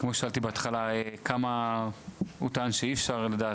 כמו ששאלתי בהתחלה כמה, הוא טען שאי אפשר לדעת,